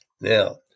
now